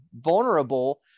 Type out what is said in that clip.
vulnerable